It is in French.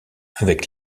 avec